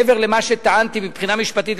מעבר למה שטענתי מבחינה משפטית,